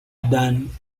done